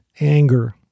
anger